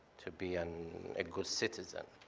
to be and a good citizen.